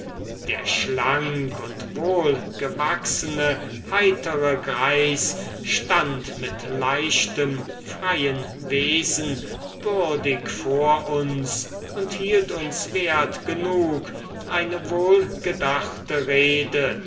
der schlank und wohl gewachsene heitere greis stand mit leichtem freien wesen würdig vor uns und hielt uns wert genug eine wohlgedachte rede